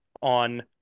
on